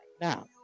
now